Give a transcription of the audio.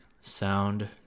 sound